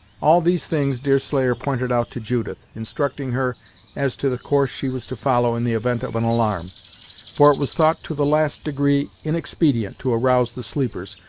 all these things deerslayer pointed out to judith, instructing her as to the course she was to follow in the event of an alarm for it was thought to the last degree inexpedient to arouse the sleepers,